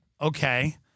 okay